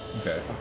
Okay